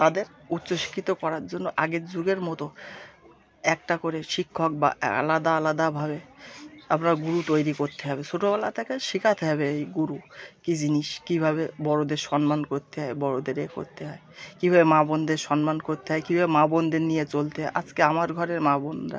তাদের উচ্চশিক্ষিত করার জন্য আগের যুগের মতো একটা করে শিক্ষক বা আলাদা আলাদাভাবে আপনার গুরু তৈরি করতে হবে ছোটোবেলা থেকে শেখাতে হবে এই গুরু কী জিনিস কীভাবে বড়োদের সম্মান করতে হয় বড়োদের ইয়ে করতে হয় কীভাবে মা বোনদের সন্মান করতে হয় কীভাবে মা বোনদের নিয়ে চলতে হয় আজকে আমার ঘরের মা বোনরা